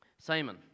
Simon